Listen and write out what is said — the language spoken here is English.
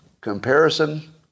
comparison